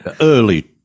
Early